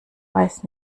weiß